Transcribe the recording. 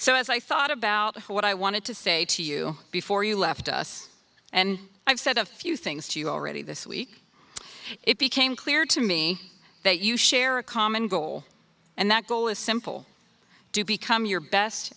so as i thought about what i wanted to say to you before you left us and i've said a few things to you already this week it became clear to me that you share a common goal and that goal is simple to become your best